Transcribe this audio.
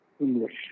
English